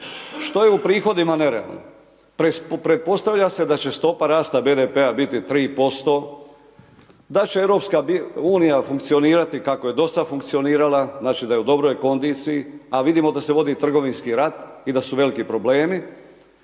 Što je u prihodima nerealno? Pretpostavlja se da će stopa rasta BDP-a biti 3%, da će EU funkcionirati kako je do sada funkcionirala, znači da je u dobroj kondiciji, a vidimo da se vodi trgovinski rat i da su veliki problemi.